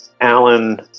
Alan